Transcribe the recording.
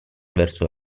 verso